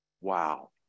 wow